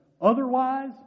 Otherwise